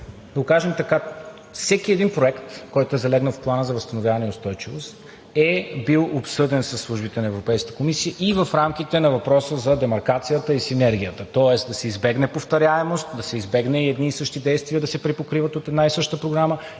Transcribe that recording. Да го кажем така: всеки един проект, който е залегнал в Плана за възстановяване и устойчивост, е бил обсъден със службите на Европейската комисия и в рамките на въпроса за демаркацията и синергията, а именно да се избегне повторяемост, да се избегне едни и същи действия да се припокриват от една и съща програма.